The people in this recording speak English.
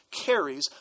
carries